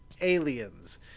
aliens